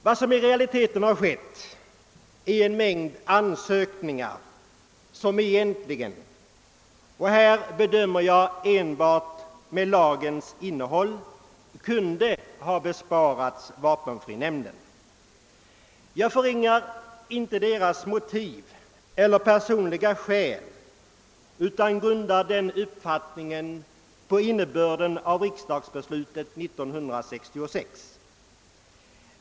I realiteten har det inkommit en mängd ansökningar som egentligen — bedömt enbart efter lagens innehåll — kunde ha besparats vapenfrinämnden. Jag förringar inte motiv eller personliga skäl, utan grundar min uppfattning på innebörden av riksdagsbeslutet år 1966.